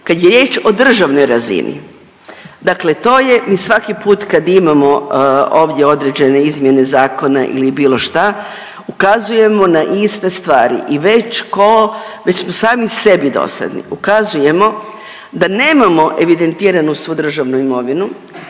Kad je riječ o državnoj razini, dakle to je mi svaki put kad imamo ovdje određene izmjene zakona ili bilo šta ukazujemo na iste stvari i već ko, već smo sami sebi dosadni. Ukazujemo da nemamo evidentiranu svu državnu imovinu,